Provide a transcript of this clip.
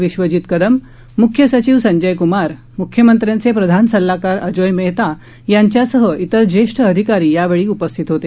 विश्वजीत कदम मुख्य सचिव संजय कुमार मुख्यमंत्र्यांचे प्रधान सल्लागार अजोय मेहता यांच्यासह इतर ज्येष्ठ अधिकारी यावेळी उपस्थित होते